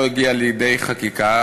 לא הגיעה לידי חקיקה,